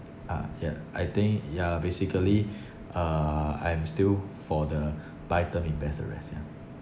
ah yeah I think yeah basically uh I'm still for the buy term invest the rest ya